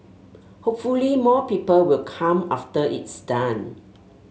hopefully more people will come after it's done